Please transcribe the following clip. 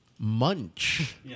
munch